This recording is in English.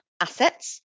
assets